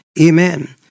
Amen